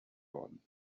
worden